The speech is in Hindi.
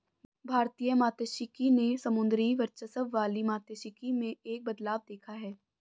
भारतीय मात्स्यिकी ने समुद्री वर्चस्व वाली मात्स्यिकी में एक बदलाव देखा है